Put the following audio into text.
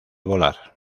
volar